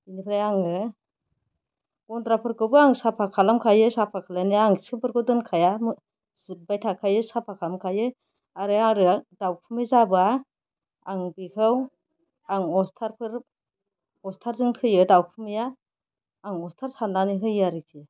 बेनिफ्राय आङो गन्द्राफोरखौबो आं साफा खालाम खायो साफा खालायनायाव आं खिफोरखौ दोनखाया सिबबाय थाखायो साफा खालाम खायो आरो आरो दाउखुमै जाब्ला आं बेखौ आं उस्थाडफोर उस्थाडजों थैयो दाउखुमैया आं उस्थाड सारनानै होयो आरोखि